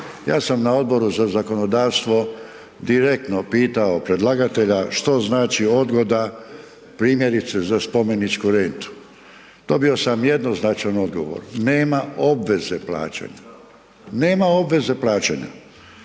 Ja sam na odboru za zakonodavstvo direktno pitao predlagatelja što znači odgoda primjerice za spomeničku rentu. Dobio sam jednoznačan odgovor, nema obveze plaćanja, nema obveze plaćanja.